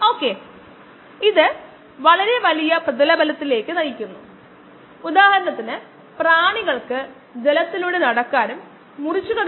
69 millimolar ആണ് ഇപ്പോൾ നമുക്ക് അറിയാം vm ന് പകരമായി ഇവിടെ ഒരു K m കണക്കാക്കുക K m 58